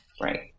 Right